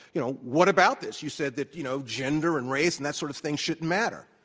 you know, what about this? you said that, you know, gender and race and that sort of thing shouldn't matter.